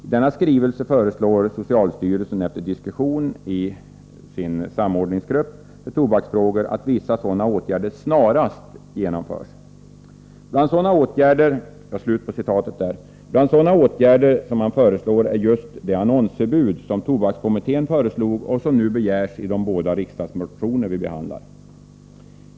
I denna skrivelse föreslår socialstyrelsen efter diskussion i socialstyrelsens samordningsgrupp för tobaksfrågor att vissa sådana åtgärder snarast genomförs.” Bland sådana åtgärder som man föreslår är just det annonsförbud som tobakskommittén föreslog och som begärs i de båda riksdagsmotioner vi nu behandlar.